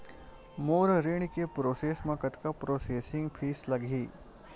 मोर ऋण के प्रोसेस म कतका प्रोसेसिंग फीस लगही?